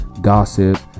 gossip